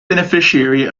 beneficiary